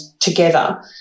together